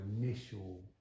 initial